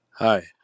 hi